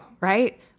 right